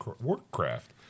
Warcraft